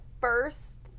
first